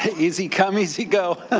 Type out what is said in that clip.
easy come, easy go.